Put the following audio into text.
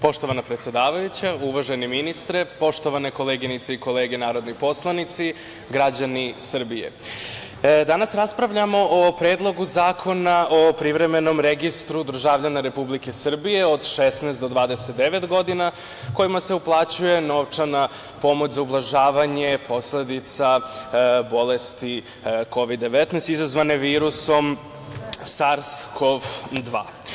Poštovana predsedavajuća, uvaženi ministre, poštovane koleginice i kolege narodni poslanici, građani Srbije, danas raspravljamo o Predlogu zakona o privremenom registru državljana Republike Srbije od 16 do 29 godina kojima se uplaćuje novčana pomoć za ublažavanje posledica bolesti Kovid - 19, izazvane virusom SARS-CoV-2.